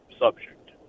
subject